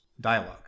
dialogue